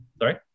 Sorry